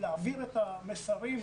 להעביר את המסרים,